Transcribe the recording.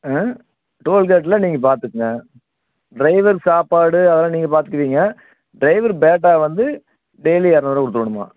ஆ டோல்கேட்லாம் நீங்கள் பார்த்துக்கங்க ட்ரைவர் சாப்பாடு அதெல்லாம் நீங்கள் பார்த்துக்குவீங்க ட்ரைவர் பேட்டா வந்து டெயிலி இநூறுவா கொடுத்துரணும்மா